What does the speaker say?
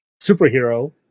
superhero